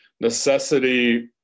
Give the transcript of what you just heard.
necessity